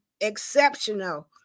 exceptional